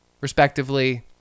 respectively